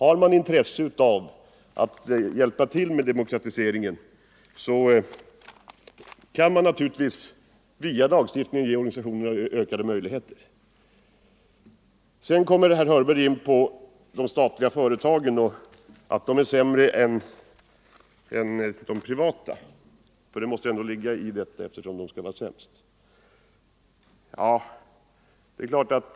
Har riksdagen intresse av att hjälpa till med demokratiseringen, så kan vi naturligtvis via lagstiftningen ge organisationerna ökade möjligheter. Sedan kom herr Hörberg in på ett resonemang att de statliga företagen skulle vara sämre än de privata — det måste ändå ligga i vad han sade, eftersom de statliga företagen här skulle vara sämst.